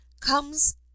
comes